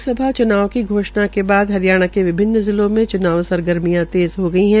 लोकसभा च्नाव की घोषणा के बाद हरियाणा के विभिन्न जिलों में च्नाव सरगमियां तेज़ हो गई है